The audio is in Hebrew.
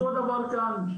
אותו דבר כאן,